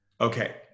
Okay